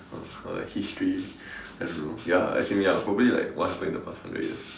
uh history I don't know ya as in ya probably like what happened in the past hundred years